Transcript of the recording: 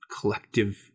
collective